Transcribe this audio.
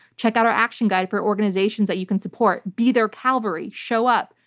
check out our action guide for organizations that you can support. be their calvary, show up,